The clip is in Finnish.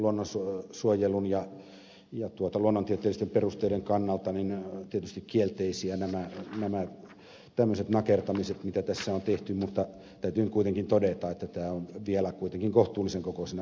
nämä ovat luonnonsuojelun ja luonnontieteellisten perusteiden kannalta tietysti kielteisiä nämä tämmöiset nakertamiset mitä tässä on tehty mutta täytyy nyt kuitenkin todeta että tämä on vielä kuitenkin kohtuullisen kokoisena säilynyt